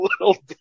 little